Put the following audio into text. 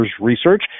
research